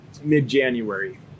mid-January